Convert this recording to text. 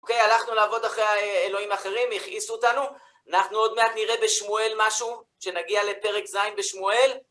אוקיי, הלכנו לעבוד אחרי האלוהים האחרים, הכעיסו אותנו. אנחנו עוד מעט נראה בשמואל משהו, כשנגיע לפרק ז' בשמואל.